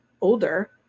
older